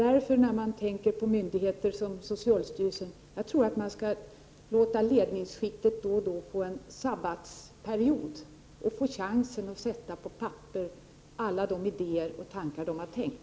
Vad gäller myndigheter som socialstyrelsen tror jag att man skall låta ledningsskiktet ta en sabbatsperiod och få chansen att sätta på papperet alla de idéer och tankar man har tänkt.